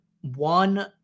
one